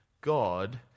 God